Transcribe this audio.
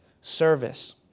service